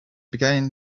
began